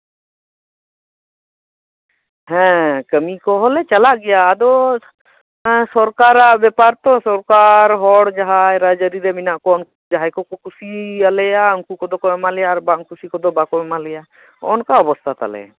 ᱦᱮᱸ ᱠᱟᱹᱢᱤ ᱠᱚᱦᱚᱸᱞᱮ ᱪᱟᱞᱟᱜ ᱜᱮᱭᱟ ᱟᱫᱚ ᱥᱚᱨᱠᱟᱨᱟᱜ ᱵᱮᱯᱟᱨ ᱛᱚ ᱥᱚᱨᱠᱟᱨ ᱦᱚᱲ ᱡᱟᱦᱟᱸᱭ ᱨᱟᱡᱽᱼᱟᱨᱤ ᱨᱮ ᱢᱮᱱᱟᱜ ᱠᱚᱣᱟ ᱩᱱᱠᱩ ᱚᱠᱚᱭ ᱠᱚᱠᱚ ᱠᱩᱥᱤᱭᱟᱞᱮᱭᱟ ᱩᱱᱠᱩ ᱠᱚᱠᱚ ᱮᱢᱟᱣᱟᱞᱮᱭᱟ ᱟᱨ ᱵᱟᱝ ᱠᱩᱥᱤ ᱠᱚᱫᱚ ᱵᱟᱠᱚ ᱮᱢᱟᱞᱮᱭᱟ ᱦᱚᱸᱜᱼᱚ ᱱᱚᱝᱠᱟ ᱚᱵᱚᱥᱛᱟ ᱛᱟᱞᱮ